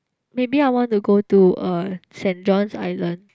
maybe I want to go to uh Saint-John's Island